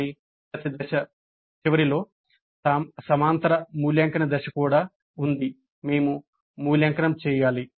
కానీ ప్రతి దశ చివరిలో సమాంతర మూల్యాంకన దశ కూడా ఉంది మేము మూల్యాంకనం చేయాలి